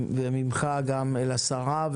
וממך לשרה.